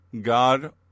God